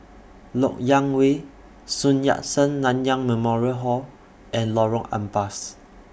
Lok Yang Way Sun Yat Sen Nanyang Memorial Hall and Lorong Ampas